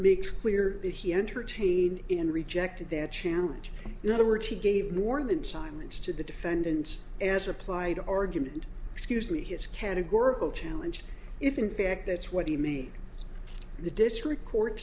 makes clear that he entertained and rejected that challenge in other words he gave more than silence to the defendants as applied argument excuse me his categorical challenge if in fact that's what he means the district court